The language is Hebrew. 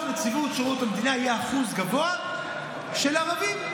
נציבות שירות המדינה יהיה אחוז גבוה של ערבים,